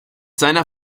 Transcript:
seiner